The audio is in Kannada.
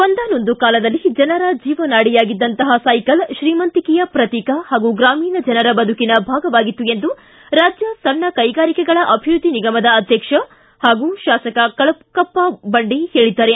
ಒಂದಾನೊಂದು ಕಾಲದಲ್ಲಿ ಜನರ ಜೀವನಾಡಿಯಾಗಿದ್ದಂತಹ ಸೈಕಲ್ ಶ್ರೀಮಂತಿಕೆಯ ಪ್ರತೀಕ ಹಾಗೂ ಗ್ರಾಮೀಣ ಜನರ ಬದುಕಿನ ಭಾಗವಾಗಿತ್ತು ಎಂದು ರಾಜ್ಯ ಸಣ್ಣ ಕೈಗಾರಿಕೆಗಳ ಅಭಿವೃದ್ಧಿ ನಿಗಮದ ಅಧ್ವಕ್ಷ ಹಾಗೂ ಶಾಸಕ ಕಳಕಪ್ಪ ಬಂಡಿ ಹೇಳಿದ್ದಾರೆ